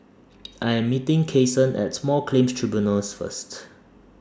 I Am meeting Cason At Small Claims Tribunals First